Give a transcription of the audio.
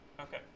Okay